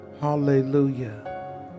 Hallelujah